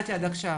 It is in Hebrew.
ידעתי עד עכשיו,